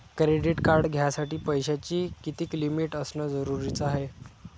Credit card घ्यासाठी पैशाची कितीक लिमिट असनं जरुरीच हाय?